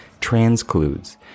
transcludes